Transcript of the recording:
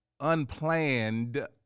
unplanned